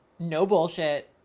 no bullshit,